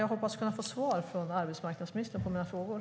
Jag hoppas kunna få svar från arbetsmarknadsministern på mina frågor.